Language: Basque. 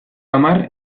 hamar